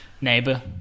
Neighbor